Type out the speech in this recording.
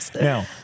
Now